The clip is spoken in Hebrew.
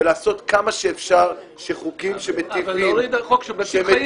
ולעשות עד כמה שאפשר שחוקים שמיטיבים -- אבל להוריד חוק שמציל חיים